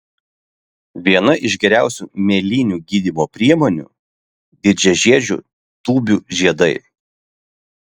viena iš geriausių mėlynių gydymo priemonių didžiažiedžių tūbių žiedai